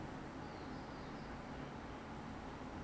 你做久了就变一个 daily routine liao